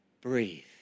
breathe